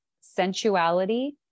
sensuality